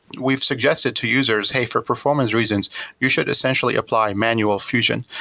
we've suggested to users, hey, for performance reasons you should essentially apply manual fusion,